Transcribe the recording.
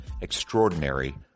extraordinary